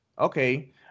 Okay